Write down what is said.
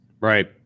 Right